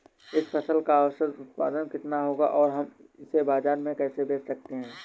इस फसल का औसत उत्पादन कितना होगा और हम इसे बाजार में कैसे बेच सकते हैं?